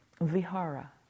Vihara